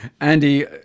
andy